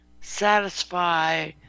satisfy